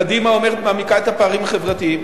קדימה אומרת, מעמיקה את הפערים החברתיים.